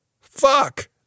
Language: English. Fuck